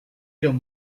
iron